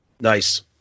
Nice